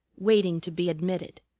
waiting to be admitted.